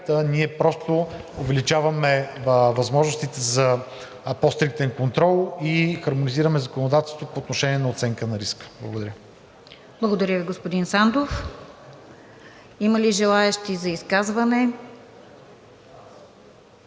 ние просто увеличаваме възможностите за по-стриктен контрол и хармонизираме законодателството по отношение на оценка на риска. Благодаря. ПРЕДСЕДАТЕЛ РОСИЦА КИРОВА: Благодаря Ви, господин Сандов. Има ли желаещи за изказване?